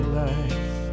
life